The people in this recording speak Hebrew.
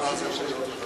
גם אז יכול להיות,